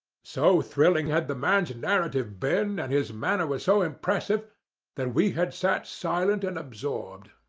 so thrilling had the man's and narrative been, and his manner was so impressive that we had sat silent and absorbed.